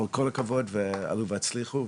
בכל אופן כל הכבוד, עלו והצליחו.